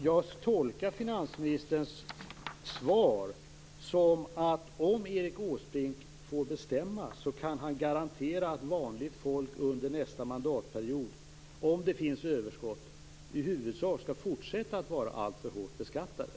Jag tolkar finansministerns svar som att om Erik Åsbrink får bestämma kan han garantera att vanligt folk under nästa mandatperiod om det finns överskott i huvudsak skall fortsätta att vara alltför hårt beskattade.